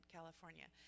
California